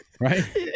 Right